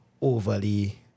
Overly